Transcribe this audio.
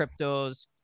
cryptos